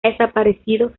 desaparecido